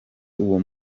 uwo